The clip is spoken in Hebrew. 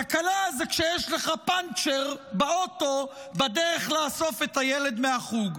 תקלה זה כשיש לך פנצ'ר באוטו בדרך לאסוף את הילד מהחוג.